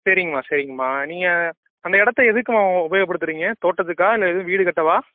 சரிங்கம்மா சரிங்கம்மா நீங்கள் அந்த இடத்த எதுக்கும்மா உ உபயோகப்படுத்துகிறீங்க தோட்டத்துக்கா இல்லை எதுவும் வீடு கட்டவா